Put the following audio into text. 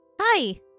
Hi